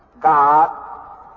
God